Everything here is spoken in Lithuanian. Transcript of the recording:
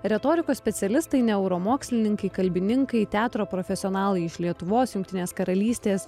retorikos specialistai neuromokslininkai kalbininkai teatro profesionalai iš lietuvos jungtinės karalystės